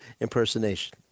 impersonation